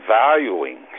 valuing